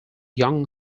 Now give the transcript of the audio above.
young